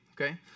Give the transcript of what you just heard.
Okay